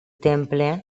temple